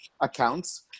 accounts